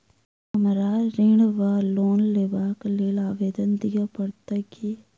हमरा ऋण वा लोन लेबाक लेल आवेदन दिय पड़त की?